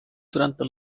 durante